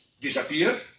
disappear